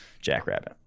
Jackrabbit